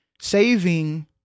saving